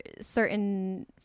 certain